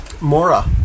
Mora